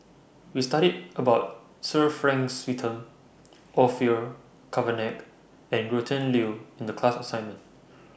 We studied about Sir Frank Orfeur Cavenagh and Gretchen Liu in The class assignment